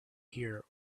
here